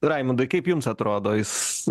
raimundai kaip jums atrodo jis